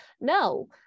No